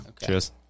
Cheers